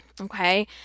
Okay